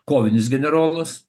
kovinis generolas